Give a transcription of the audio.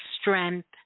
strength